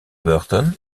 burton